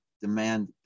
demand